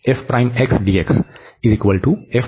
तर आपल्याकडे हे आहे